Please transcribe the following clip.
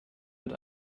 mit